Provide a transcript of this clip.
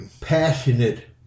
passionate